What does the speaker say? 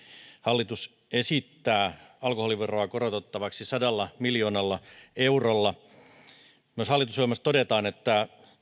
hallitus esittää alkoholiveroa korotettavaksi sadalla miljoonalla eurolla hallitusohjelmassa todetaan myös että